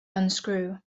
unscrew